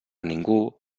ningú